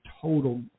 total